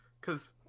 Cause